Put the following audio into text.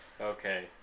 okay